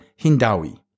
Hindawi